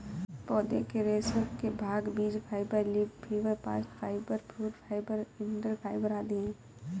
पौधे के रेशे के भाग बीज fibre, leaf fibre, bast fibre, fruit fibre, डंठल फाइबर आदि है